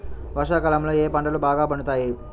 వర్షాకాలంలో ఏ పంటలు బాగా పండుతాయి?